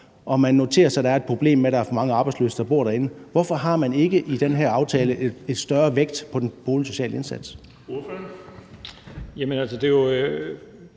og man noterer sig, at der er et problem med, at der er for mange arbejdsløse, der bor derinde. Hvorfor har man ikke i den her aftale lagt større vægt på den boligsociale indsats?